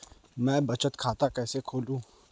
मैं बचत खाता कैसे खोलूँ?